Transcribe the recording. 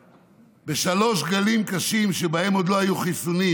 בשלושה גלים קשים שבהם עוד לא היו חיסונים,